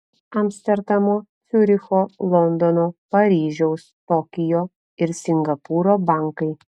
amsterdamo ciuricho londono paryžiaus tokijo ir singapūro bankai